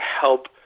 help